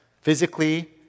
physically